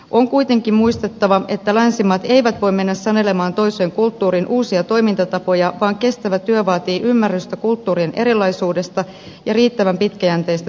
on kuitenkin muistettava että länsimaat eivät voi mennä sanelemaan toiseen kulttuuriin uusia toimintatapoja vaan kestävä työ vaatii ymmärrystä kulttuurien erilaisuudesta ja riittävän pitkäjänteistä työskentelyä